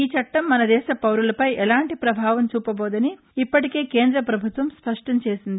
ఈ చట్టం మన దేశ పౌరులపై ఎలాంటి పభావం చూపబోదని ఇప్పటికే కేంద్ర పభుత్వం స్పష్టం చేసింది